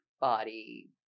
body